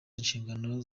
inshingano